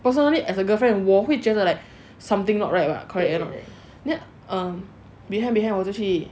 personally as a girlfriend 我会觉得 like something not right what correct or not then um behind behind 我就去